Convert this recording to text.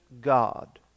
God